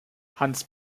hans